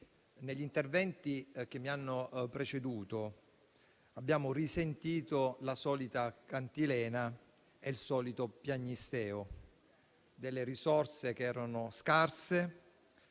Negli interventi che mi hanno preceduto abbiamo risentito la solita cantilena e il solito piagnisteo di risorse scarse,